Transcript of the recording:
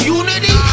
unity